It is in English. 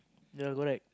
never go right